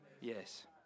Yes